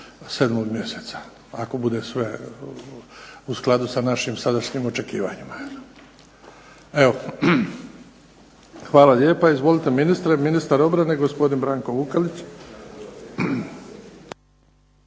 mjeseca ako bude sve u skladu sa našim očekivanjima. Evo, hvala lijepa. Izvolite ministre, ministar obrane gospodin Branko Vukelić.